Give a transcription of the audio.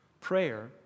Prayer